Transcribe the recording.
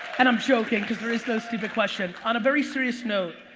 and i'm joking, cause there is no stupid question. on a very serious note,